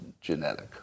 genetic